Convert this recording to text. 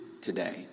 today